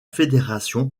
fédération